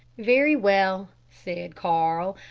very well, said carl,